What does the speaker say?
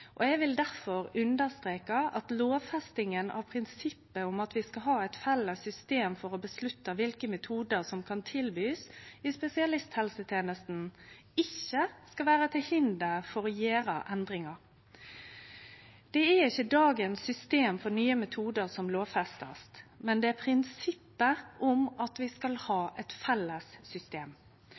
Eg vil difor understreke at lovfestinga av prinsippet om at vi skal ha eit felles system for å avgjere kva metodar ein kan tilby i spesialisthelsetenesta, ikkje skal vere til hinder for å gjere endringar. Det er ikkje dagens system for nye metodar vi skal lovfeste, men prinsippet om at vi skal ha eit felles system.